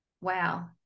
wow